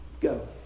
Go